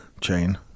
chain